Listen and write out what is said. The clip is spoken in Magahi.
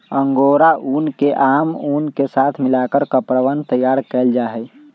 अंगोरा ऊन के आम ऊन के साथ मिलकर कपड़वन तैयार कइल जाहई